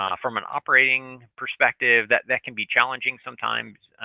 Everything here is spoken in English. um from an operating perspective, that that can be challenging sometimes